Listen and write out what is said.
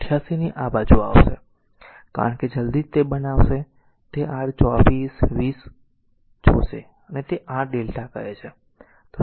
888 આ બાજુ આવશે કારણ કે જલદી જ તે બનાવશે તે r 24 20 જોશે અથવા તેને r Δ કહે છે